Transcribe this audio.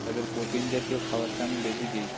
তাদের প্রোটিন জাতীয় খাবারটা আমি বেশি দিই